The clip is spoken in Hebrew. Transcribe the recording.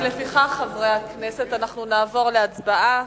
ולפיכך, חברי הכנסת, אנחנו נעבור להצבעה.